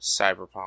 cyberpunk